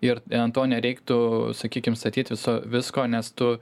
ir ant to nereiktų sakykim statyt viso visko nes tu